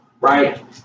Right